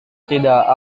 tidak